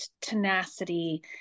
tenacity